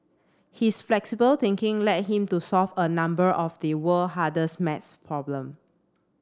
his flexible thinking led him to solve a number of the world hardest maths problem